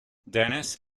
dennis